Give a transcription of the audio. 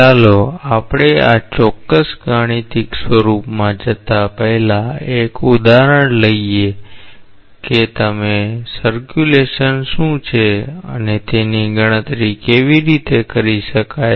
તો ચાલો આપણે આ ચોક્કસ ગાણિતિક સ્વરૂપમાં જતા પહેલા એક ઉદાહરણ લઈએ કે તમે પરિભ્રમણ શું છે અને તેની ગણતરી કેવી રીતે કરી શકાય